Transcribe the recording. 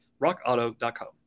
rockauto.com